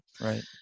Right